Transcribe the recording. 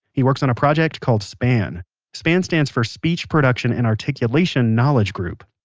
he works on a project called span span stands for speech production and articulation knowledge group.